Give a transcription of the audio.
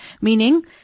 Meaning